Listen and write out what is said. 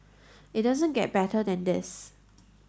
it doesn't get better than this